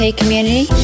community